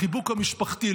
החיבוק המשפחתי,